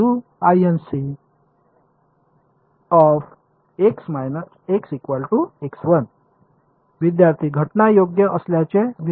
तर विद्यार्थीः घटना योग्य असल्याचे व्युत्पन्न